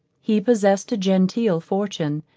he possessed a genteel fortune,